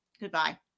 Goodbye